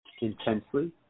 intensely